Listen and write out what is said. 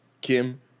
Kim